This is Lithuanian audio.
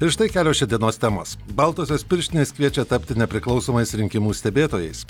ir štai kelios šiandienos temos baltosios pirštinės kviečia tapti nepriklausomais rinkimų stebėtojais